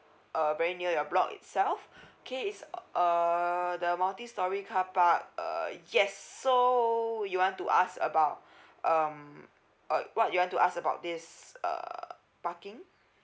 uh very near your block itself okay is uh the multi storey car park uh yes so you want to ask about um uh what you want to ask about this uh parking